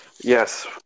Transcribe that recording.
yes